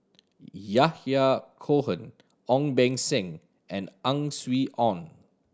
Yahya Cohen Ong Beng Seng and Ang Swee Aun